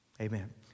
Amen